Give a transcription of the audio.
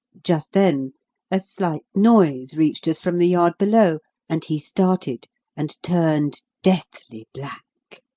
just then a slight noise reached us from the yard below, and he started and turned deathly black.